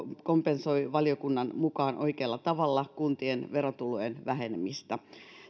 kompensoi valiokunnan mukaan oikealla tavalla kuntien verotulojen vähenemistä